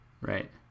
Right